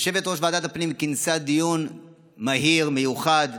יושבת-ראש ועדת הפנים כינסה דיון מהיר, מיוחד,